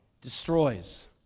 destroys